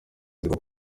bakuru